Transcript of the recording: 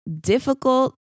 Difficult